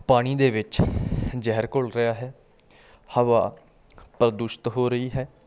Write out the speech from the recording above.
ਪਾਣੀ ਦੇ ਵਿੱਚ ਜ਼ਹਿਰ ਘੁਲ ਰਿਹਾ ਹੈ ਹਵਾ ਪ੍ਰਦੂਸ਼ਿਤ ਹੋ ਰਹੀ ਹੈ